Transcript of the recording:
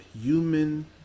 human